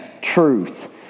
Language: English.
truth